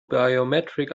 biometric